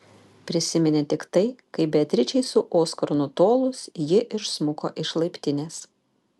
prisiminė tik tai kaip beatričei su oskaru nutolus ji išsmuko iš laiptinės